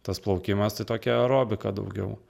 tas plaukimas tai tokia aerobika daugiau